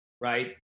Right